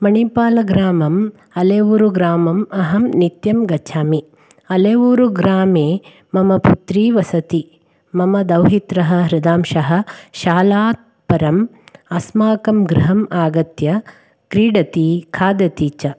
मणिपालग्रामम् अलेऊरुग्रामम् अहं नित्यं गच्छामि अलेऊरुग्रामे मम पुत्री वसति मम दौहित्रः हृदांशः शालात् परम् अस्माकं गृहम् आगत्य क्रीडति खादति च